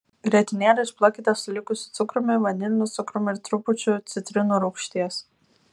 grietinėlę išplakite su likusiu cukrumi vaniliniu cukrumi ir trupučiu citrinų rūgšties